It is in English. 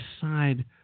decide